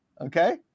okay